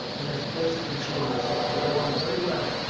and that's president xi and myself. we get along very well.